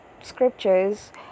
scriptures